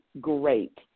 great